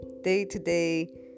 day-to-day